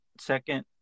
second